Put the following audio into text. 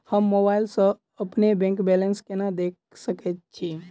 हम मोबाइल सा अपने बैंक बैलेंस केना देख सकैत छी?